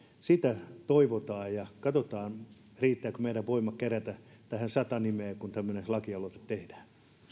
sitä toivotaan ja katsotaan riittävätkö meidän voimat kerätä tähän sata nimeä kun tämmöinen lakialoite tehdään